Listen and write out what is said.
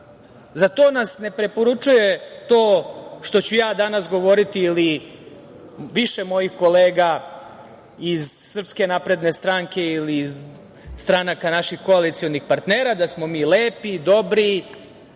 Za to nas ne preporučuje to što ću ja danas govoriti ili više mojih kolega iz SNS ili iz stranaka naših koalicionih partnera, da smo mi lepi, dobri